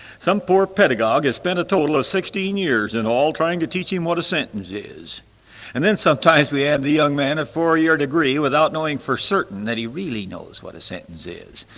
some poor pedagogue has spent a total of sixteen years and all trying to teach him what a sentence is and then sometimes we have the young man a four-year degree without knowing for certain that he really knows what a sentence is.